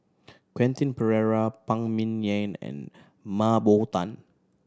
Quentin Pereira Phan Ming Yen and Mah Bow Tan